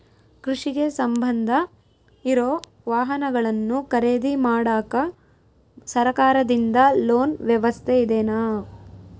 ಕೃಷಿಗೆ ಸಂಬಂಧ ಇರೊ ವಾಹನಗಳನ್ನು ಖರೇದಿ ಮಾಡಾಕ ಸರಕಾರದಿಂದ ಲೋನ್ ವ್ಯವಸ್ಥೆ ಇದೆನಾ?